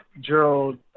Gerald